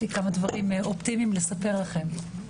יש לי כמה דברים אופטימיים לספר לכן.